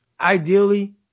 ideally